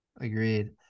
agreed